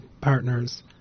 partners